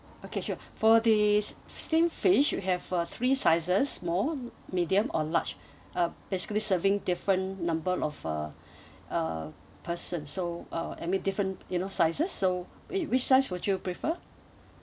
okay sure for the s~ steamed fish we have uh three sizes small medium or large uh basically serving different number of uh uh person so uh I mean different you know sizes so w~ which size would you prefer